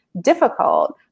difficult